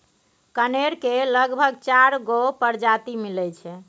कनेर केर लगभग चारि गो परजाती मिलै छै